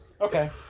Okay